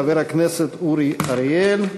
חבר הכנסת אורי אריאל.